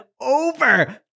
over